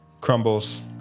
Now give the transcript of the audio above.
crumbles